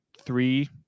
three